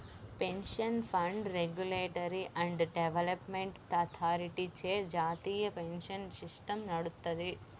pension fund regulatory and development అథారిటీచే జాతీయ pension system నడుత్తది